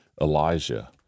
elijah